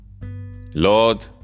Lord